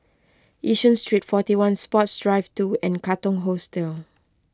Yishun Street forty one Sports Drive two and Katong Hostel